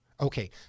okay